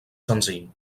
senzill